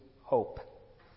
hope